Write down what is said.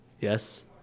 Yes